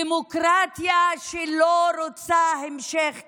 דמוקרטיה שלא רוצה המשך כיבוש,